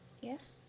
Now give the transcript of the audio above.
Yes